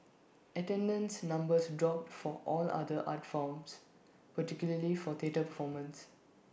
attendance numbers dropped for all other art forms particularly for theatre performances